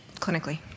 clinically